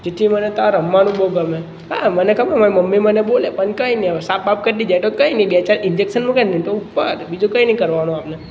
જેથી મને ત્યાં રમવાનું બહુ ગમે હા મને ખબર હોય મમ્મી મને બોલે પણ કંઈ નઈ સાપ બાપ કરડી જાય તો કંઈની બે ચાર ઈંજેક્સન કાંઈ મુકો તો બીજું કંઈ નઈ કરવાનું આપણે